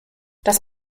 das